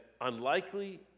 unlikely